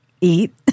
eat